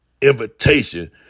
invitation